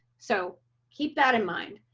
so keep that in mind.